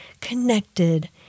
connected